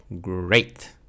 great